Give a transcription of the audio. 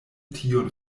tiun